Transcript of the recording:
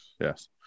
Yes